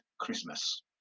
Christmas